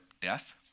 death